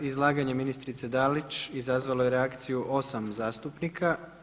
Izlaganje ministrice Dalić izazvalo je reakciju osam zastupnika.